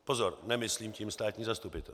Pozor, nemyslím tím státní zastupitelství.